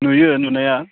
नुयो नुनाया